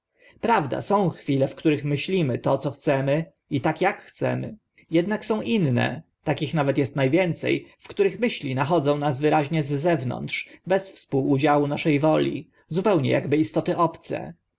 prawda są chwile w których myślimy to co chcemy i tak ak chcemy ednak są inne takich nawet est na więce w których myśli nachodzą nas wyraźnie z zewnątrz bez współudziału nasze woli zupełnie akby istoty obce